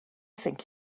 think